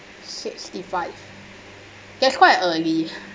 sixty-five that's quite early